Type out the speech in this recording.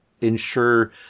ensure –